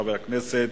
חבר הכנסת